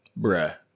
bruh